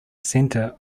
centre